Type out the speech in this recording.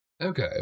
Okay